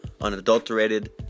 unadulterated